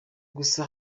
gusa